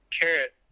carrot